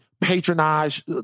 patronage